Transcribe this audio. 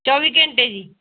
ਚੌਵੀ ਘੰਟੇ ਜੀ